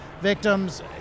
victims